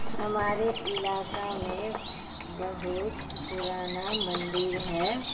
ہمارے علاقہ میں بہت پرانا مندر ہے